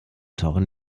tauchen